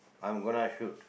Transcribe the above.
I'm gonna shoot